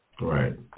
Right